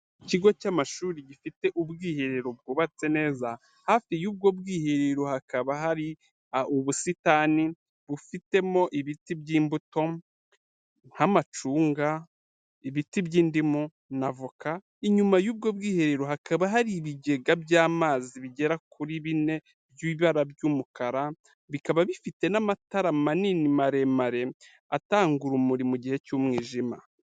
Ikigo cy'amashuri gifite ubwiherero bwubatse neza, hafi y'ubwo bwiherero hakaba hari ubusitani, bufitemo ibiti by'imbuto, nk'amacunga, ibiti by'indimu na avoka, inyuma y'ubwo bwiherero hakaba hari ibigega by'amazi bigera kuri bine, by'ibara ry'umukara, bikaba bifite n'amatara manini maremare, atanga urumuri mu gihe cy'umwijima.